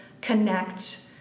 connect